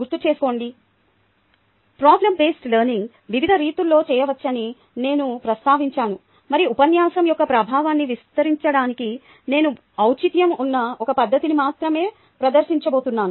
గుర్తు తెచ్చుకోండి problem based learning వివిధ రీతుల్లో చేయవచ్చని నేను ప్రస్తావించాను మరియు ఉపన్యాసం యొక్క ప్రభావాన్ని విస్తరించడానికి నేను ఔచిత్యం ఉన్న ఒక పద్ధతిని మాత్రమే ప్రదర్శించబోతున్నాను